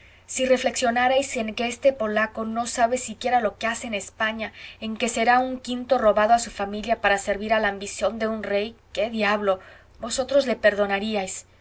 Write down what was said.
si reflexionarais en que este polaco no sabe siquiera lo que hace en españa en que será un quinto robado a su familia para servir a la ambición de un rey qué diablo vosotros le perdonaríais